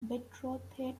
betrothed